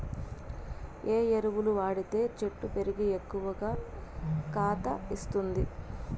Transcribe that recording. ఏ ఎరువులు వాడితే చెట్టు పెరిగి ఎక్కువగా కాత ఇస్తుంది?